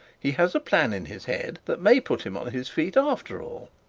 he has a plan in his head, that may put him on his feet after all